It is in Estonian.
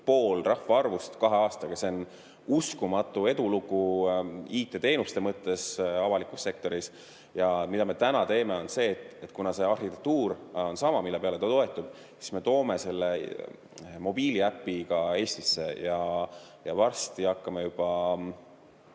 pool rahvaarvust kahe aastaga. See on uskumatu edulugu IT-teenuste mõttes avalikus sektoris. Ja mida me täna teeme, on see, et kuna see arhitektuur, mille peale ta toetub, on sama, siis me toome selle mobiiliäpi ka Eestisse ja varsti hakkame –